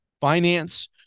finance